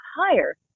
higher